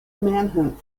manhunt